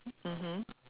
mmhmm